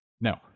No